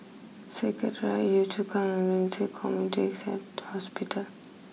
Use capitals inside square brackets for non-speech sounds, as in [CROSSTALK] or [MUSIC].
Secretariat Yio Chu Kang and Ren Ci Community [UNINTELLIGIBLE] Hospital